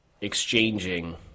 exchanging